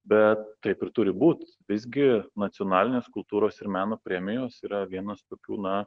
bet taip ir turi būt visgi nacionalinės kultūros ir meno premijos yra vienas tokių na